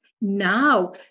Now